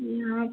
यहाँ